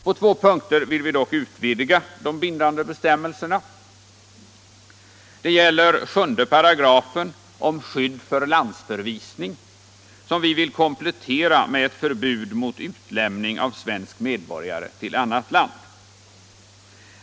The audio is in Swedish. På två punkter vill vi dock utvidga de bindande bestämmelserna. Det gäller 7 § om skydd mot landsförvisning som vi vill komplettera med ett förbud mot utlämning av svensk medborgare till annat land.